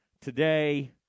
today